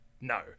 no